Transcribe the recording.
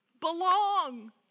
belong